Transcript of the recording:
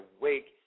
Wake